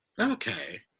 okay